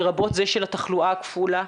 לרבות זה של התחלואה הכפולה,